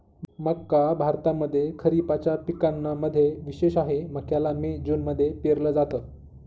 मक्का भारतामध्ये खरिपाच्या पिकांना मध्ये विशेष आहे, मक्याला मे जून मध्ये पेरल जात